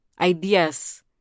ideas